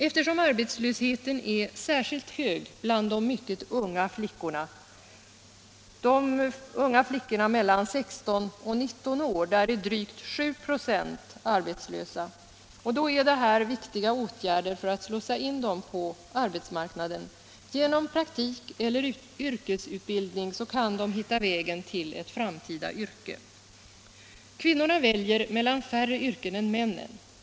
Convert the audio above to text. Eftersom arbetslösheten är särskilt hög bland de mycket unga flickorna — av unga flickor mellan 16 och 19 år är drygt 7 96 arbetslösa — är det här viktiga åtgärder för att slussa in dem på arbetsmarknaden. Genom praktik eller yrkesutbildning kan de hitta vägen till ett framtida yrke. Kvinnorna väljer mellan färre yrken än männen.